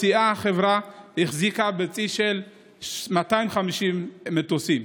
ובשיאה החברה החזיקה החברה בצי של 250 מטוסים.